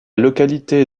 localité